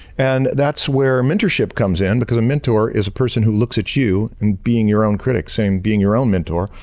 and that's where mentorship comes in because a mentor is a person who looks at you and being your own critic, saying being your own mentor,